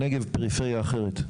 הנגב ופריפריה אחרת?